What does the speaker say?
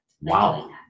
Wow